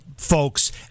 folks